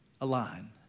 align